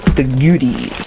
the goodies!